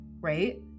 right